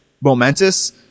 momentous